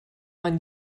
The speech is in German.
man